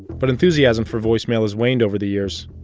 but enthusiasm for voicemail has waned over the years.